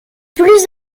plus